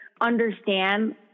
understand